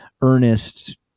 Ernest